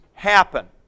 Happen